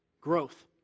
Growth